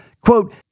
Quote